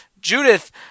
Judith